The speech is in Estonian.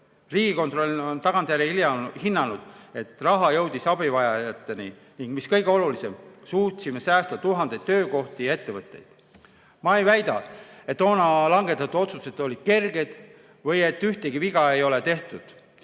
Riigikontroll on tagantjärele hinnanud, et raha jõudis abivajajateni ning mis kõige olulisem: suutsime säästa tuhandeid töökohti ja ettevõtteid. Ma ei väida, et toona langetatud otsused olid kerged või et ühtegi viga ei ole tehtud.